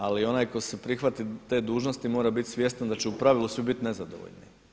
Ali onaj tko se prihvati te dužnosti mora biti svjestan da će u pravilu svi biti nezadovoljni.